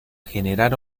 generar